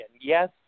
Yes